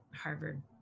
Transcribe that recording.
Harvard